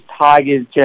Tigers